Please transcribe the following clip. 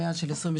המאה של 2022,